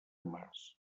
mas